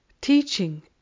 teaching